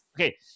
okay